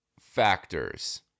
factors